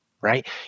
right